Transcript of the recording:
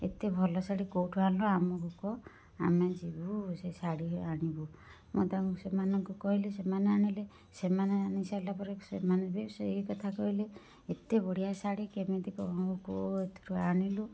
ଏତେ ଭଲ ଶାଢ଼ି କେଉଁଠୁ ଆଣିଲ ଆମକୁ କହ ଆମେ ଯିବୁ ସେ ଶାଢ଼ିକି ଆଣିବୁ ମୁଁ ତାଙ୍କୁ ସେମାନଙ୍କୁ କହିଲି ସେମାନେ ଆଣିଲେ ସେମାନେ ଆଣିସାରିଲା ପରେ ସେମାନେ ବି ସେଇକଥା କହିଲେ ଏତେ ବଢ଼ିଆ ଶାଢ଼ି କେମିତି କେଉଁଠୁ ଆଣିଲୁ